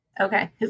Okay